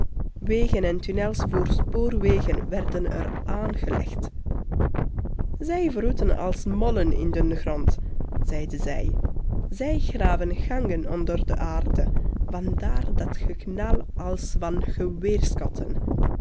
wegen en tunnels voor spoorwegen werden er aangelegd zij wroeten als mollen in den grond zeide zij zij graven gangen onder de aarde van daar dat geknal als van